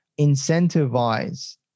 incentivize